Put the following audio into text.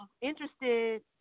interested